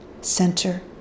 center